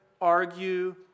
argue